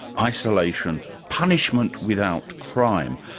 isolation, punishment without crime.